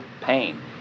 pain